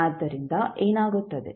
ಆದ್ದರಿಂದ ಏನಾಗುತ್ತದೆ